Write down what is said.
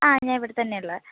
ആ ഞാൻ ഇവിടെ തന്നെ ആണ് ഉള്ളത്